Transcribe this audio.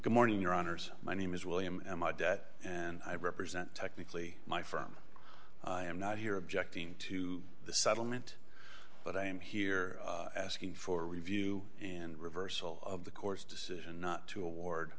good morning your honors my name is william and my debt and i represent technically my firm i am not here objecting to the settlement but i am here asking for review and reversal of the court's decision not to award